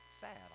sad